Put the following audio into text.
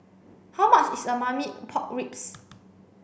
how much is Marmite Pork Ribs